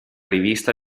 rivista